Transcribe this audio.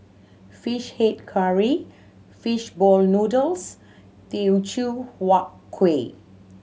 Fish Head Curry fish ball noodles Teochew Huat Kueh